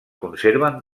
conserven